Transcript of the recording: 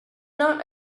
not